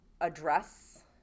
address